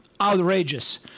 outrageous